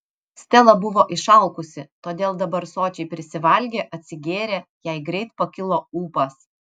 stela buvo išalkusi todėl dabar sočiai prisivalgė atsigėrė jai greit pakilo ūpas